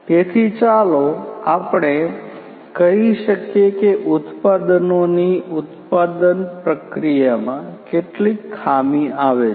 તેથી ચાલો આપણે કહી શકીએ કે ઉત્પાદનોની ઉત્પાદન પ્રક્રિયામાં કેટલીક ખામી આવે છે